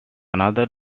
another